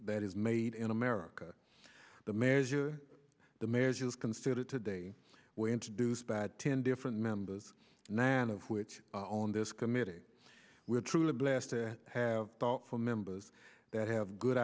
that is made in america the measure the measure was considered today we introduced by ten different members of which on this committee were truly blessed to have thoughtful members that have good